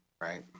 Right